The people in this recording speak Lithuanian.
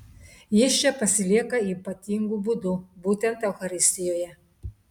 jis čia pasilieka ypatingu būdu būtent eucharistijoje